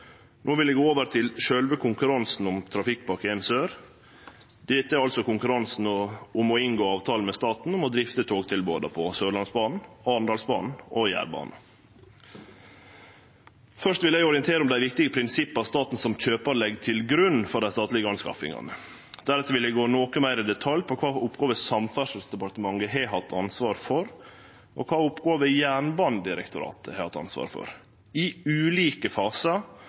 No vil eg gå over til sjølve konkurransen om Trafikkpakke 1 Sør. Dette er konkurransen om å inngå avtale med staten om å drifte togtilboda på Sørlandsbanen, Arendalsbanen og Jærbanen. Først vil eg orientere om dei viktige prinsippa staten som kjøpar legg til grunn for dei statlege anskaffingane. Deretter vil eg gå noko meir i detalj om kva for oppgåver Samferdselsdepartementet har hatt ansvar for, og kva for oppgåver Jernbanedirektoratet har hatt ansvaret for, i ulike fasar